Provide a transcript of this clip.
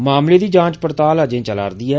मामले दी जांच पड़ताल अजें चला'रदी ऐ